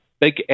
big